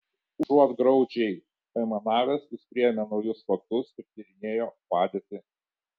užuot graudžiai aimanavęs jis priėmė naujus faktus ir tyrinėjo padėtį